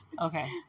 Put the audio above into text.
Okay